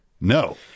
No